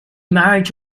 marriage